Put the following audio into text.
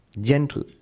gentle